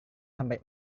sampai